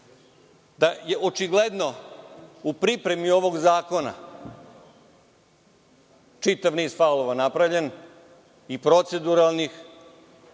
da je očigledno u pripremi ovog zakona čitav niz faulova napravljen i proceduralnih,